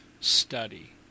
study